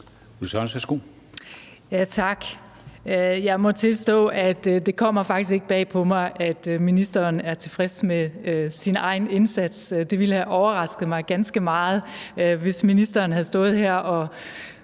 Ulla Tørnæs (V): Tak. Jeg må tilstå, at det faktisk ikke kommer bag på mig, at ministeren er tilfreds med sin egen indsats. Det ville have overrasket mig ganske meget, hvis ministeren havde stået her og